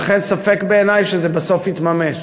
לכן, ספק בעיני שזה בסוף יתממש,